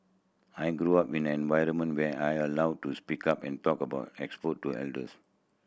I grew up in an environment where I allowed to speak up and talk about exposed to adults